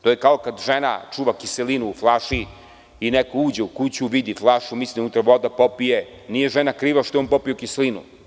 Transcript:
To je kao kada žena čuva kiselinu u flaši i neko uđe u kuću, vidi flašu, misli da je unutra voda, popije, nije žena kriva što je popio kiselinu.